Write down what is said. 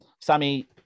Sammy